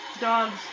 Dogs